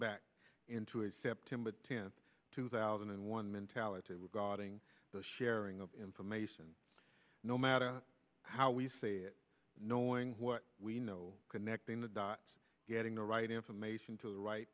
back into a september tenth two thousand and one mentality regarding the sharing of information no matter how we say it knowing what we know connecting the dots getting the right information to the right